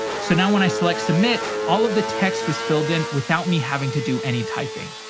so now, when i select submit, all of the texts was filled in without me having to do any typing.